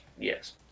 Yes